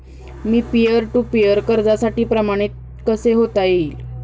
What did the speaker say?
Me peer to peer कर्जासाठी प्रमाणित कसे होता येईल?